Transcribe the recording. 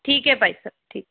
ਠੀਕ ਹੈ ਭਾਈ ਸਾਹਿਬ ਠੀਕ